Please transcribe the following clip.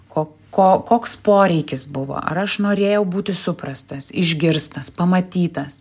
ko ko koks poreikis buvo ar aš norėjau būti suprastas išgirstas pamatytas